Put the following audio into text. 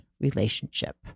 relationship